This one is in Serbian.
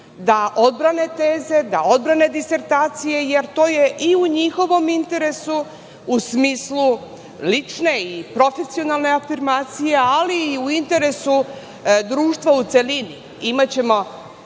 da odbrane teze, da odbrane disertacije, jer to je i u njihovom interesu, u smislu lične i profesionalne afirmacije, ali i u interesu društva u celini.